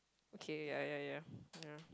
okay ya ya ya ya